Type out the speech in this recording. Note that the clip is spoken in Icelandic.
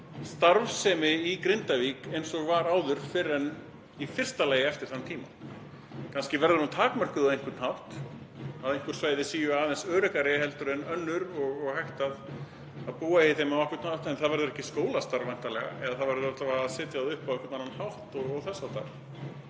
starfsemi í Grindavík eins og var áður fyrr en í fyrsta lagi eftir þann tíma. Kannski verður hún takmörkuð á einhvern hátt, að einhver svæði séu aðeins öruggari en önnur og hægt að búa í þeim á einhvern hátt en það verður ekki skólastarf væntanlega, eða það verður alla vega að setja það upp á einhvern annan hátt og þess háttar.